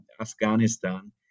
Afghanistan